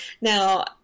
Now